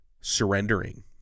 surrendering